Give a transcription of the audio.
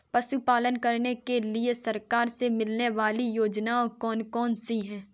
पशु पालन करने के लिए सरकार से मिलने वाली योजनाएँ कौन कौन सी हैं?